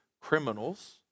criminals